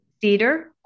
Cedar